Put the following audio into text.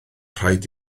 rhaid